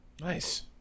nice